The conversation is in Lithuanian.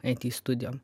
it studijom